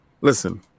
Listen